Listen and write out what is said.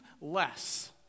less